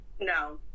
No